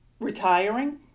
retiring